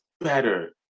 better